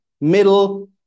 middle